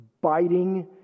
biting